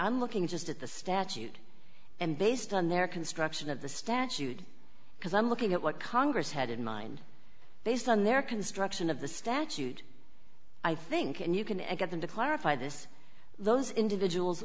i'm looking just at the statute and based on their construction of the statute because i'm looking at what congress had in mind based on their construction of the statute i think and you can and get them to clarify this those individuals